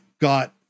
got